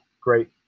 great